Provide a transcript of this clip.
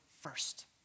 first